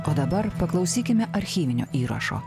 o dabar paklausykime archyvinio įrašo